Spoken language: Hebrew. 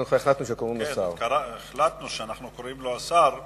אנחנו החלטנו שקוראים לו שר הבריאות.